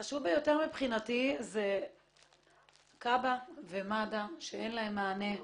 חשוב ביותר מבחינתי הם כב"ה ומד"א שאין להם מענה.